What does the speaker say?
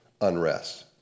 unrest